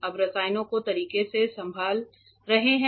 आप रसायनों को तरीके से संभाल रहे हैं